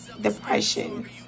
depression